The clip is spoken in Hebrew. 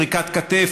פריקת כתף,